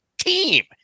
team